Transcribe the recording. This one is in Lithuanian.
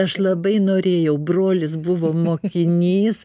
aš labai norėjau brolis buvo mokinys